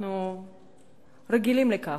אנחנו רגילים לכך,